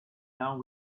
down